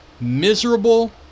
miserable